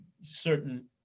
certain